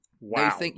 Wow